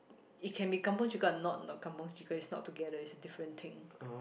it can be kampung chicken or not kampung chicken is not together it's a different thing